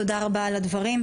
תודה רבה על הדברים.